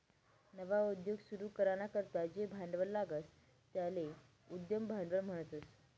नवा उद्योग सुरू कराना करता जे भांडवल लागस त्याले उद्यम भांडवल म्हणतस